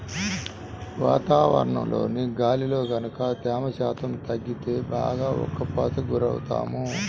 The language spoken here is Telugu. వాతావరణంలోని గాలిలో గనక తేమ శాతం తగ్గిపోతే బాగా ఉక్కపోతకి గురవుతాము